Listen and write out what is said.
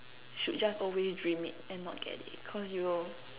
should just always dream it and not get it cause you will